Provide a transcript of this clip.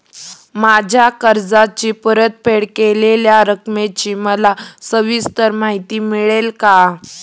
माझ्या कर्जाची परतफेड केलेल्या रकमेची मला सविस्तर माहिती मिळेल का?